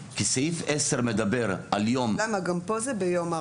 כי סעיף 10 מדבר על יום --- גם פה זה ביום הרב.